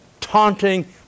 taunting